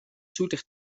zoeter